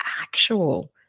actual